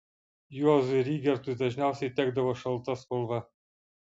juozui rygertui dažniausiai tekdavo šalta spalva